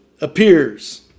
appears